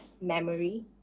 memory